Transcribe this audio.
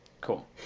Cool